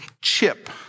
chip